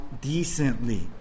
decently